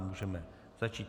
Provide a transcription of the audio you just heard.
Můžeme začít.